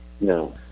No